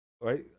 Right